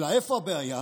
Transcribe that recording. אלא איפה הבעיה?